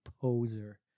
poser